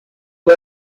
ela